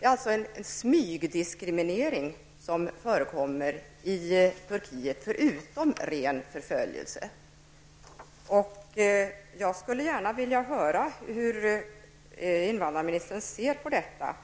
Det förekommer alltså i Turkiet en smygdiskriminering förutom den rena förföljelsen. Jag skulle gärna vilja höra hur invandrarministern ser på detta.